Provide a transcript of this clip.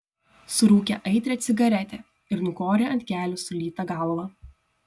surūkė aitrią cigaretę ir nukorė ant kelių sulytą galvą